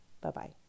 Bye-bye